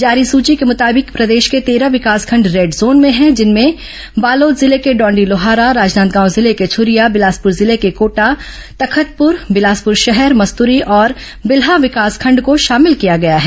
जारी सूची के मुताबिक प्रदेश के तेरह विकासखंड रेड जोन में हैं जिनमें बालोद जिले के डौंडीलोहारा राजनांदगांव जिले के छूरिया बिलासपुर जिले के कोटा तखतपुर बिलासपुर शहर मस्तुरी और बिल्हा विकासखंड को शामिल किया गया है